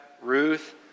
Ruth